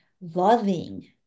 loving